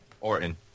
orton